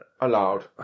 Allowed